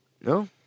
No